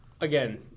again